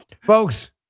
Folks